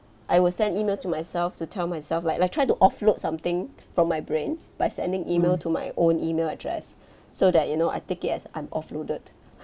I will send email to myself to tell myself like like try to offload something from my brain by sending email to my own email address so that you know I take it as I'm offloaded